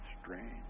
strange